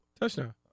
Touchdown